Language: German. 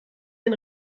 den